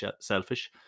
selfish